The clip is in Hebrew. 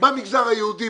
במגזר היהודי,